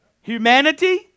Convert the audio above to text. Humanity